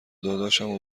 داداشم